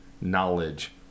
knowledge